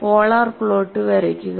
polar plot വരയ്ക്കുക